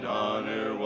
honor